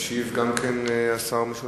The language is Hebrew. לפיכך אני קובע שהצעת חוק זו